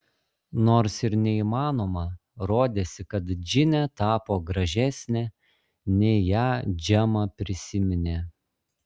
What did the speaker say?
nors ir neįmanoma rodėsi kad džinė tapo gražesnė nei ją džema prisiminė